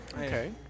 Okay